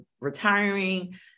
retiring